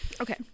okay